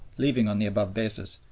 leaving, on the above basis,